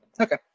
Okay